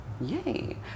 yay